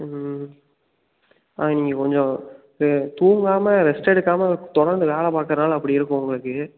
ம் ம் ஆ நீங்கள் கொஞ்சம் தூங்காமல் ரெஸ்ட் எடுக்காமல் தொடர்ந்து வேலை பார்க்கறதால அப்படி இருக்கும் உங்களுக்கு